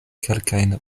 kelkajn